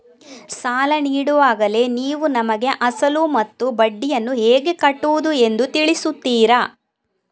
ಸಾಲ ನೀಡುವಾಗಲೇ ನೀವು ನಮಗೆ ಅಸಲು ಮತ್ತು ಬಡ್ಡಿಯನ್ನು ಹೇಗೆ ಕಟ್ಟುವುದು ಎಂದು ತಿಳಿಸುತ್ತೀರಾ?